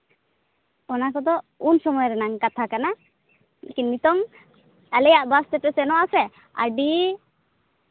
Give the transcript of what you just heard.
ᱚᱱᱟ ᱠᱚᱫᱚ ᱩᱱ ᱥᱚᱢᱚᱭ ᱨᱮᱱᱟᱜ ᱠᱟᱛᱷᱟ ᱠᱟᱱᱟ ᱞᱮᱠᱤᱱ ᱱᱤᱛᱚᱝ ᱟᱞᱮᱭᱟᱜ ᱵᱟᱥ ᱛᱮᱯᱮ ᱥᱮᱱᱚᱜ ᱟᱥᱮ ᱟᱹᱰᱤ